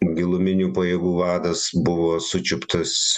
giluminių pajėgų vadas buvo sučiuptas